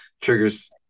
triggers